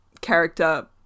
character